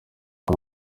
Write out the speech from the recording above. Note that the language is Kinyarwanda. kwa